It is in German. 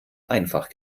einfach